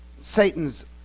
Satan's